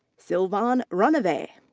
sylvain renevey.